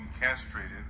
castrated